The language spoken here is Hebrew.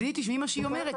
אבל הנה תשמעי מה שהיא אומרת,